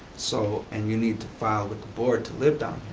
so and you need to file with the board to live down